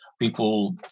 people